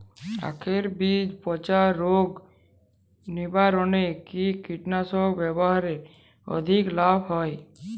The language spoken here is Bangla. আঁখের বীজ পচা রোগ নিবারণে কি কীটনাশক ব্যবহারে অধিক লাভ হয়?